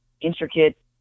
intricate